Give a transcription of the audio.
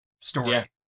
story